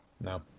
no